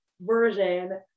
version